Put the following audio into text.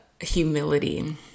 humility